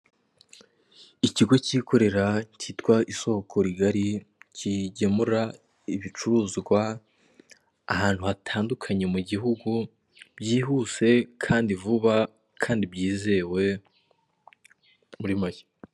Ikigo kikorera kitwa isoko rigari kigemura ibicuruzwa ahantu hatandukanye mu gihugu byihuse kandi vuba kandi byizewe muri make.